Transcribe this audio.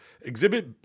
Exhibit